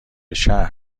شهر